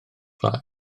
gwlad